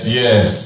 yes